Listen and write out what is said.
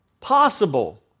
possible